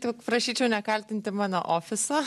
tik prašyčiau nekaltinti mano ofiso